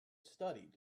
studied